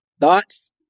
Thoughts